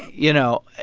you know,